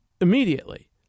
immediately